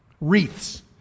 wreaths